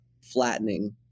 flattening